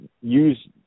Use